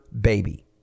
baby